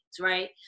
right